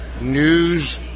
news